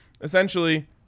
essentially